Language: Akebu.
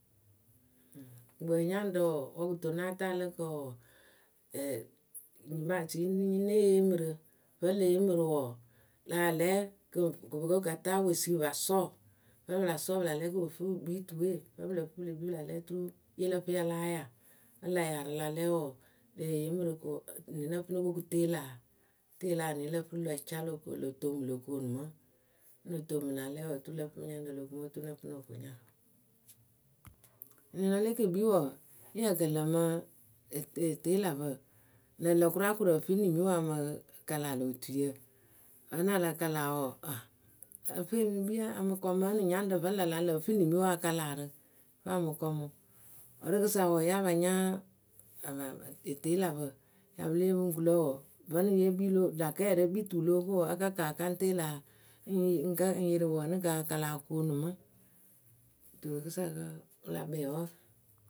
Gbǝǝnyaŋrǝ wɔɔ, wǝ kɨto ŋ́ náa taa rɨlǝ kǝǝwǝ wɔɔ ɛɛ ne yee mɨ rɨ vǝ́ le yee mɨ rɨ wɔɔ lah lɛ kɨ pɨ ŋ ko ga taa wesiwǝ pa sɔɔ vǝ́ pɨ la sɔɔ pɨ la lɛ kɨ pɨ fɨ pɨ kpii tuwe vǝ́ pɨ lǝ fɨ pɨ le kpii pɨ la lɛ oturu yɨwe lǝ fɨ ya láa yaa, vǝ́ la yaa rɨ la lɛ wɔɔ leh yee mɨ rɨ ko enɨ we lǝ fɨ lo ko kuŋ teelayǝ teelaa enɨ we lǝ fɨ la ca lo lo toomu lo koonu mɨ Lo toomu la lɛ wɔɔ oturu lǝ fɨ nyaŋrǝ lo ku mɨ oturu nǝ fɨ noh ko nyarɨwǝ. Ninɔ le ke kpii wɔɔ, yɨ lǝǝ kǝ lǝ mɨ e eteelapǝ Lǝŋlǝ kʊraa o koru ǝfɨ nimiwǝ a mɨ kala lö tuyǝ vǝ́ nɨ a la kala wɔɔ aŋ,ǝ fɨ yǝ e mɨ kpii a mɨ kɔmʊ ǝnǝ nyaŋrǝ vǝ́ la larɨ lǝ̈ ǝ fɨ nimiwǝ a kala rɨ fɨ a mɨ kɔmʊ, wǝ́ rɨkɨsa wǝǝ ya pa nya ǝmǝ eteelapǝ ya pɨ lée yee pɨ ŋ ku lǝ wɔɔ, vǝ́ yɨ we lä kɛɛrɛ kpii tuwǝ lóo ko wɔɔ a ka kaa a kaŋ teelayǝ ŋ kǝ́ ŋ yɩrɩ wǝ ǝnɨ kɨ a kala o koonu mɨ.,